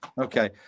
Okay